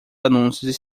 anúncios